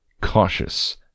cautious